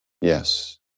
Yes